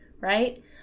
right